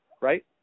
Right